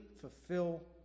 fulfill